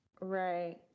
Right